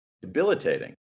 debilitating